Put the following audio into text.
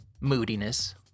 Moodiness